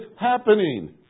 happening